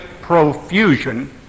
profusion